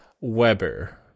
Weber